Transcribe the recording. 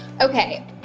okay